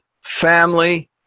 family